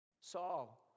Saul